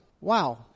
Wow